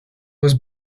was